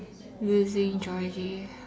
losing Georgie